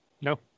No